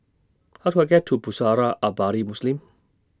How Do I get to Pusara Abadi Muslim